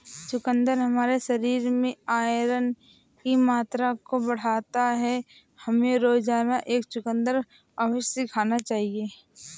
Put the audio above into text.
चुकंदर हमारे शरीर में आयरन की मात्रा को बढ़ाता है, हमें रोजाना एक चुकंदर अवश्य खाना चाहिए